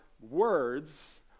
words